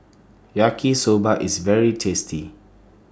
Yaki Soba IS very tasty